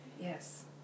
Yes